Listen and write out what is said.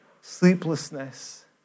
sleeplessness